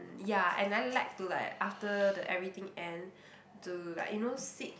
mm ya and I like to like after the everything end to like you know sit